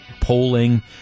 polling